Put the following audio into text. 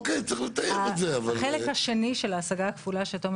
החלק השני של ההשגה הכפולה שתומר